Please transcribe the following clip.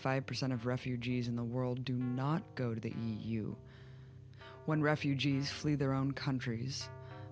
five percent of refugees in the world do not go to the you when refugees flee their own countries